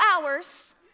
hours